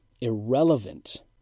irrelevant